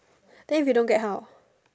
then if you don't get how